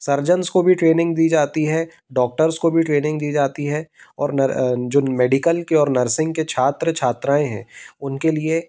surgeons को भी training दी जाती है डॉक्टर्स को भी ट्रेनिंग दी जाती है और जो मेडिकल के और नर्सिंग के छात्र छात्राएँ हैं उनके लिए